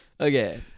Okay